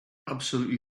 absolutely